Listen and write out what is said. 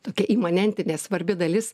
tokia imanentinė svarbi dalis